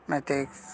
ᱢᱮᱴᱤᱠᱥ